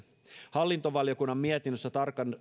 hallintovaliokunnan mietinnössä